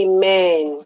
Amen